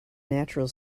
natural